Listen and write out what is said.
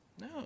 No